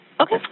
Okay